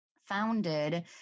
founded